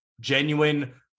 genuine